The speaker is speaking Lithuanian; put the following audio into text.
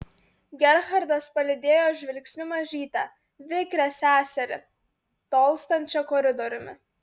gerhardas palydėjo žvilgsniu mažytę vikrią seserį tolstančią koridoriumi